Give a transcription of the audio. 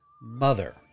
mother